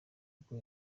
rwo